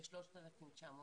ל-3,996.